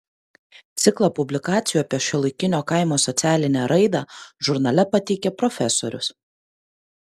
ciklą publikacijų apie šiuolaikinio kaimo socialinę raidą žurnale pateikė profesorius